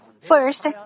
First